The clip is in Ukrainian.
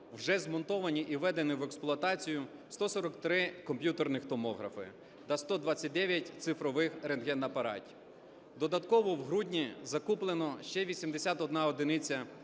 вже змонтовані і введені в експлуатацію 143 комп'ютерних томографи та 129 цифрових рентгенапаратів. Додатково в грудні закуплена ще 81 одиниця